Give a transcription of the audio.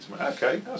Okay